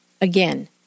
Again